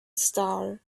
star